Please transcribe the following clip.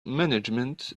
management